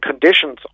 conditions